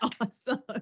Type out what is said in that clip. awesome